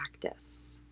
practice